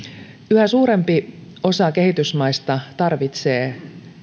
yhä suurempi osa kehitysmaista tarvitsee